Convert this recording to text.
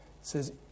says